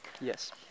Yes